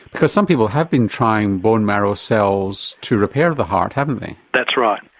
because some people have been trying bone marrow cells to repair the heart haven't that's right.